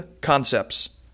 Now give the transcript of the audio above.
concepts